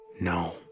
No